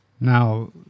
Now